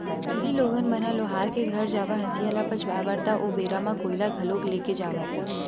पहिली लोगन मन ह लोहार के घर म जावय हँसिया ल पचवाए बर ता ओ बेरा म कोइला घलोक ले के जावय